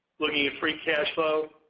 looking at free cash flow,